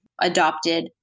adopted